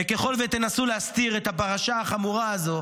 וככל שתנסו להסתיר את הפרשה החמורה הזו,